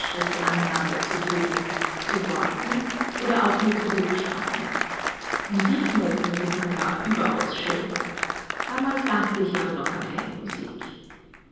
aneinanderzufügen zu worten oder auch nur zu buchstaben musiknoten sind nun gar überaus schön damals dachte ich aber noch an keine musik